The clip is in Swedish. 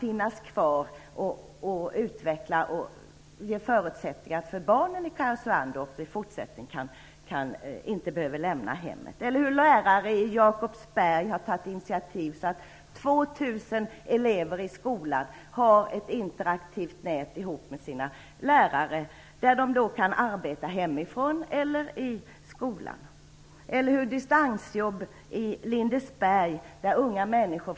Informationstekniken ger förutsättningar för barnen i Karesuando, så att de inte behöver lämna hemmet för att gå i skolan. Lärare i Jakobsberg har tagit initiativ till att 2 000 elever i skolan har ett interaktivt nät ihop med sina lärare. De kan arbeta hemifrån eller i skolan. Unga människor jobbar på distans i Lindesberg.